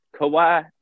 Kawhi